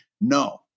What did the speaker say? No